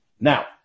Now